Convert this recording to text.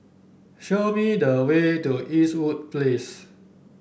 show me the way to Eastwood Place